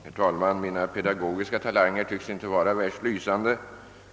Herr talman! Mina pedagogiska talanger tycks inte vara värst lysande.